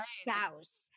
spouse